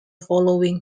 following